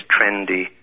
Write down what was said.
trendy